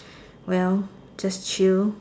well just chill